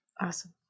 Awesome